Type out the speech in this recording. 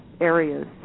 areas